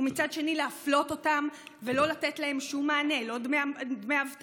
ומצד שני להפלות אותם ולא לתת להם שום מענה: לא דמי אבטלה,